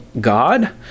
God